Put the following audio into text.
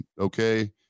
okay